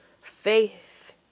Faith